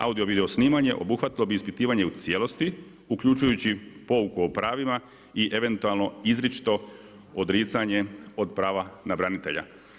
Audio-video snimanje obuhvatilo bi ispitivanje u cijelosti, uključujući pouku o pravima i eventualno izričito odricanje od prava na branitelja.